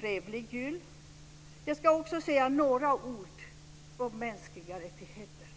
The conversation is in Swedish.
trevlig jul. Jag ska också säga några ord om mänskliga rättigheter.